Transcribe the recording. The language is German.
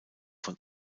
von